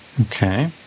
Okay